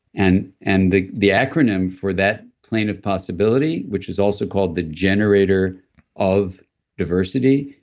and and the the acronym for that plane of possibility, which is also called the generator of diversity,